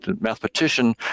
mathematician